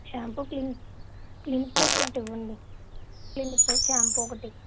shampoo clinic clinic plus ఒకటి ఇవ్వండి clinic plus shampoo ఒకటి